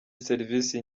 serivisi